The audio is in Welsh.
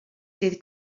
dydd